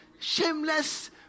shameless